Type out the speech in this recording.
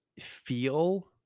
feel